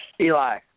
Eli